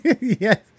Yes